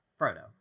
frodo